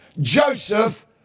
Joseph